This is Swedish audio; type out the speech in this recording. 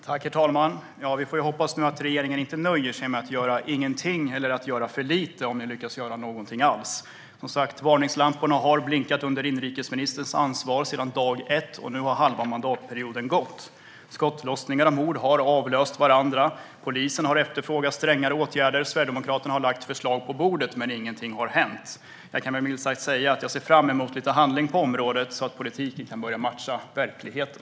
Herr talman! Vi får hoppas att regeringen inte nöjer sig med att göra ingenting eller att göra för lite, om ni lyckas göra någonting alls. Varningslamporna har som sagt blinkat sedan dag ett under inrikesministern ansvar, och nu har halva mandatperioden gått. Skottlossningar och mord har avlöst varandra. Polisen har efterfrågat strängare åtgärder. Sverigedemokraterna har lagt förslag på bordet, men ingenting har hänt. Jag ser fram emot lite handling på området så att politiken börjar matcha verkligheten.